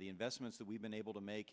the investments that we've been able to make